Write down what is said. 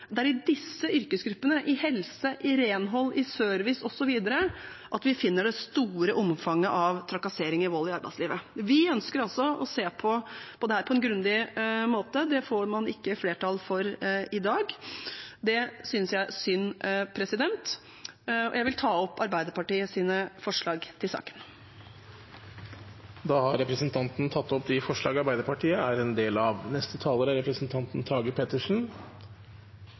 yrkesgruppene innenfor helse, renhold, service osv., vi finner det store omfanget av trakassering og vold i arbeidslivet. Vi ønsker å se på dette på en grundig måte. Det får vi ikke flertall for i dag. Det synes jeg er synd. Jeg tar opp de forslag Arbeiderpartiet er med på i saken. Da har representanten Anette Trettebergstuen tatt opp de forslagene hun refererte til. På mandag markerte vi kvinnedagen. Det er en dag det fortsatt er